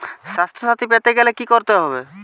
স্বাস্থসাথী পেতে গেলে কি করতে হবে?